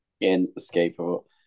Inescapable